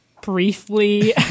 briefly